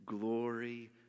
glory